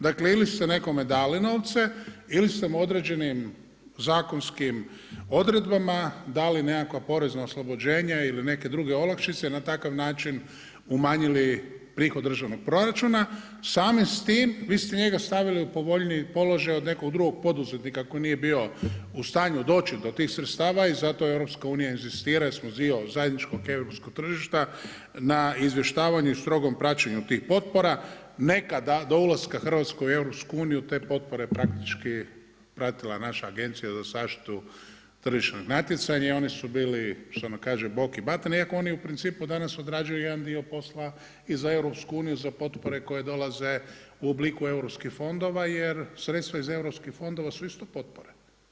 Dakle ili ste nekome dali novce ili ste mu određenim zakonskim odredbama dali nekakva porezna oslobođenja, ili neke druge olakšice, na takav način umanjili prihod državnog proračuna, samim s tim vi ste njega stavili u povoljniji položaj od nekog drugog poduzetnika koji nije bio u stanju doći do tih sredstava i zato EU inzistira, jer smo dio zajedničkog europskog tržišta, na izvještavanju i strogom praćenju tih potpora, nekada do ulaska Hrvatske u EU, te potpore praktički pratila naša Agencija za zaštitu tržišnog natjecanja i oni su bili što ono kaže Bog i batina, iako oni u principu danas odrađuju jedan dio posla i za EU, za potpore koje dolaze u obliku europskih fondova jer sredstva iz europskih fondova su isto potpore.